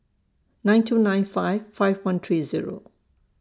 nine two nine five five one three Zero